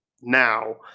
now